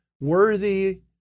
worthy